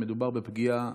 מדובר בפגיעה